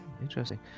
interesting